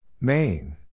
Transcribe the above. Main